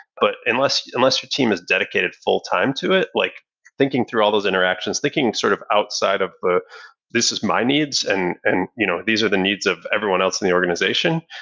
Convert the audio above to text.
but unless unless your team is dedicated full-time to it, like thinking through all those interactions, thinking sort of outside of, this is my needs and and you know these are the needs of everyone else in the organization.